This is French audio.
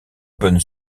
open